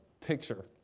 picture